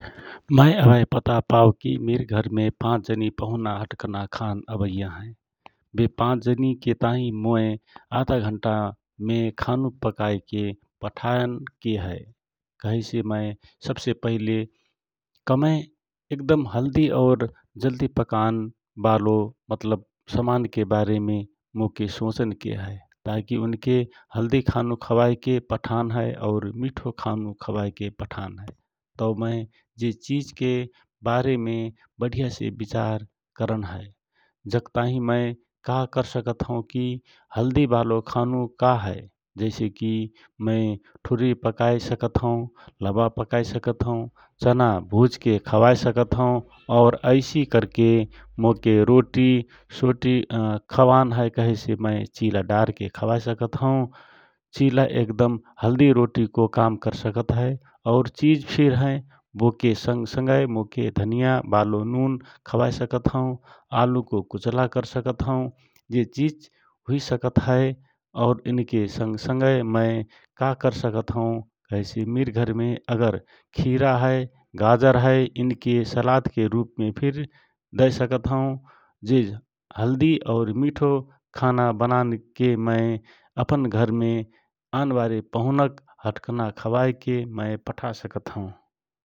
मय अभय पता पाओ कि मिर घर मे पाँच जनी पहुना हटकना खान अवैया हए । बे पाँच जनै के ताँहि मोय आधा घण्टा में खानु खावय के पठान के हए । कहेसे मय सबसे पहले कमाए एकदम हल्दी औ जल्दी पकने वाले मतलब सामान के बारे मोके सोचनके है ताकि उनकी हल्दी खानु खावयके पठान हए और मिठो खानु खावयके पठान हए तो मय जे चीज़ के बारे में बढ़िया से विचार कारण हए। जक ताँहि मय का करसकत हौ कि हल्दी, बालों, खानों का हाए जैसे की मैं ठुर्रि पकाए सकत हौ । लबा पकाए सकत हौ । चना भुजके खावए सकत हौ औ अइसि करके मोके रोटी सोटि खावान हए कहेसे मय चिला डार सकत हौ चिला एक दम हल्दि रोटीको करता काम करसकत हए । और चिज फिर हए बो के संग संगय मोके धनियाँ बालो नुन खवाए सकत हौ । आलुको कुचला कर सकत हौ जे चिज हुइ सकत ए और इनके संगय मय का कर सकत हौ कहेसे मिर घरमे अगर खिरा हए गाजर हए इनके सलादके रूपमे फिर दए सकत हौ जे हल्दि औ मिठो खाना बनाएके मय अपन घर मे आनबारे पहुनक हटकना खबाएके मय पठा सकत हौ ।